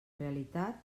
realitat